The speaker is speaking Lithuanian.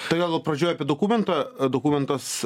tai gal pradžioje apie dokumentą dokumentas